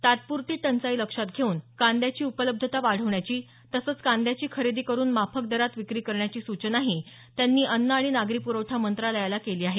तात्पुरती टंचाई लक्षात घेऊन कांद्याची उपलब्धता वाढवण्याची तसंच कांद्याची खरेदी करून माफक दरात विक्री करण्याची सूचनाही सूचनाही त्यांनी अन्न आणि नागरी पुरवठा मंत्रालयाला केली आहे